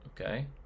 okay